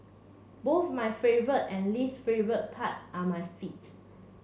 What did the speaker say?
both my favourite and least favourite part are my feet